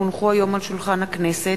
כי הונחו היום על שולחן הכנסת,